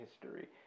history